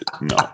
no